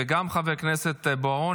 וגם חבר הכנסת בוארון,